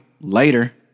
later